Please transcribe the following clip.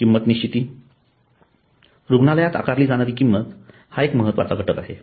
किंमत निश्चिती रुग्णालयात आकारली जाणारी किंमत हा एक महत्वाचा घटक आहे